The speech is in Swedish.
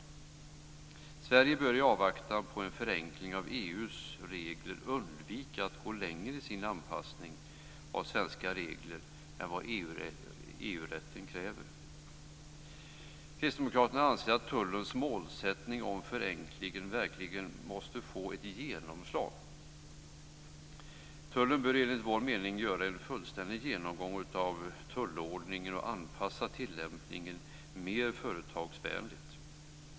Sverige bör i avvaktan på en förenkling av EU:s regler undvika att gå längre i sin anpassning av svenska regler än vad EG-rätten kräver. Kristdemokraterna anser att tullens målsättning om förenkling verkligen måste få ett genomslag. Tullen bör enligt vår mening göra en fullständig genomgång av tullordningen och anpassa tillämpningen mer företagsvänligt.